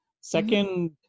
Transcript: second